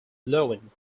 loewen